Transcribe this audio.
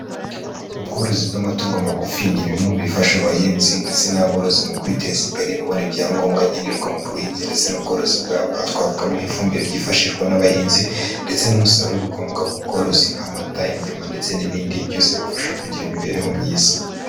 Ubworozi bw'amatungo magufi ni bimwe mu bifasha abahinzi ndetse n'aborozi mu kwiteza imbere babona ibyangombwa nkenerwa mu buhinzi ndetse n'ubworozi bwabo. Aha twavugamo nk'ifumbire ryifashishwa n'abahinzi ndetse n'umusaruro w'ibikomoka ku bworozi nk'amata, inyama ndetse n'ibindi byose bibafasha kugira imibereho myiza.